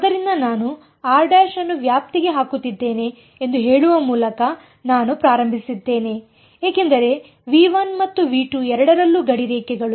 ಆದ್ದರಿಂದ ನಾನು ಅನ್ನು ವ್ಯಾಪ್ತಿಗೆ ಹಾಕುತ್ತಿದ್ದೇನೆ ಎಂದು ಹೇಳುವ ಮೂಲಕ ನಾನು ಪ್ರಾರಂಭಿಸಿದ್ದೇನೆ ಏಕೆಂದರೆ ಮತ್ತು ಎರಡರಲ್ಲೂ ಗಡಿರೇಖೆಗಳು